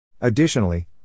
Additionally